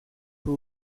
who